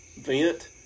vent